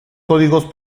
código